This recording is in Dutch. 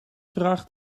vraag